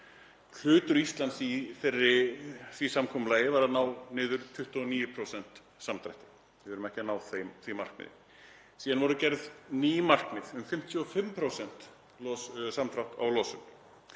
Hlutur Íslands í því samkomulagi var að ná 29% samdrætti. Við erum ekki að ná því markmiði. Síðan voru gerð ný markmið um 55% samdrátt á losun